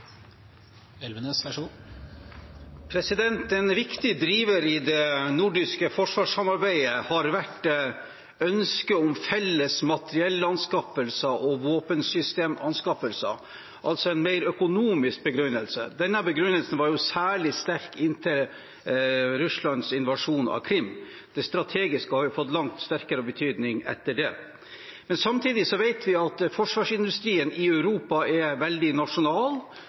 nordiske forsvarssamarbeidet har vært ønsket om felles materiellanskaffelser og våpensystemanskaffelser, altså en mer økonomisk begrunnelse. Denne begrunnelsen var særlig sterk inntil Russlands invasjon av Krim – det strategiske har jo fått langt sterkere betydning etter det. Samtidig vet vi at forsvarsindustrien i Europa er veldig nasjonal,